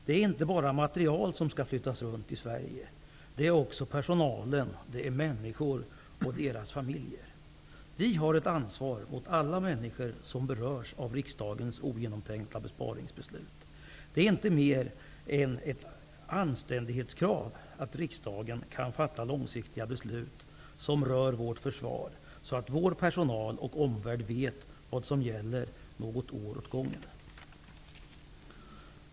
Det är inte bara materiel som skall flyttas runt i Sverige, utan också personal -- Vi har ett ansvar gentemot alla människor som berörs av riksdagens ogenomtänkta besparingsbeslut. Det är ett anständighetskrav att riksdagen fattar långsiktiga beslut som rör vårt försvar, så att personalen och omvärlden vet vad som gäller något år åt gången.